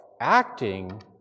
acting